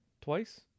Twice